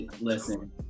Listen